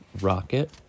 Rocket